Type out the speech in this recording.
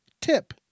tip